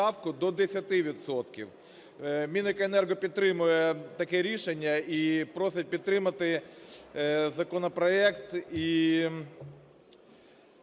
Мінекоенерго підтримує таке рішення і просить підтримати законопроект